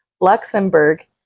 Luxembourg